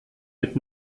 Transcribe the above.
mit